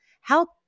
help